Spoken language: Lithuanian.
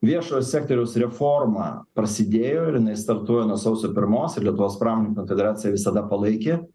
viešojo sektoriaus reforma prasidėjo ir jinai startuoja nuo sausio pirmos ir lietuvos pramoninkų konfederacija visada palaikė